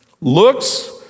looks